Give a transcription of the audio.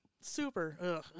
Super